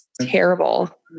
terrible